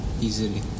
easily